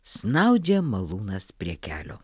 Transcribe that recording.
snaudžia malūnas prie kelio